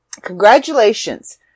congratulations